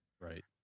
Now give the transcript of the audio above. Right